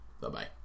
Bye-bye